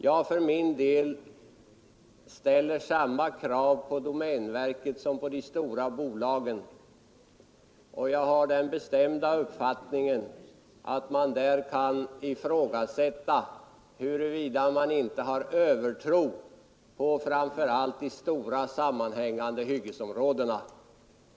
Jag för min del ställer samma krav på domänverket som på de stora bolagen, och jag har den bestämda uppfattningen att det kan ifrågasättas huruvida man inte där har en övertro på framför allt fördelarna med de stora sammanhängande hyggesområdena.